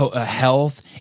health